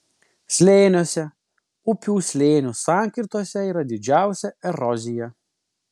slėniuose upių slėnių sankirtose yra didžiausia erozija